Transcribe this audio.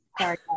sorry